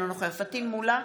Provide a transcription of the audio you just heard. אינו נוכח פטין מולא,